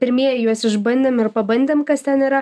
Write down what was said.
pirmieji juos išbandėm ir pabandėm kas ten yra